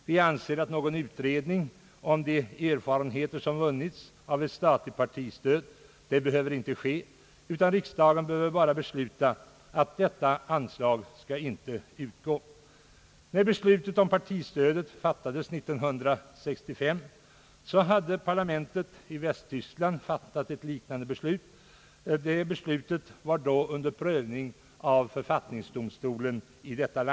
Vi anser nämligen att någon utredning om de erfarenheter, som vunnits av statligt partistöd, inte behöver ske utan att riksdagen bara behöver besluta att något anslag inte skall utgå i fortsättningen. När beslutet om partistödet fattades 1965, hade parlamentet i Västtyskland fattat ett liknande beslut. Det beslutet var då under prövning av den västtyska författningsdomstolen.